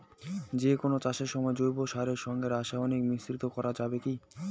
যে কোন চাষের সময় জৈব সারের সঙ্গে রাসায়নিক মিশ্রিত করা যাবে কি?